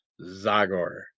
Zagor